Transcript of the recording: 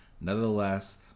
Nevertheless